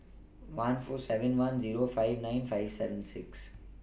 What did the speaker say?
one four seven one Zero five nine five seven six